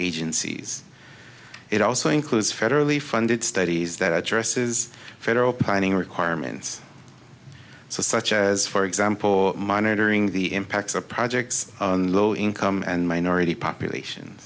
agencies it also includes federally funded studies that addresses federal planning requirements such as for example monitoring the impacts of projects low income and minority population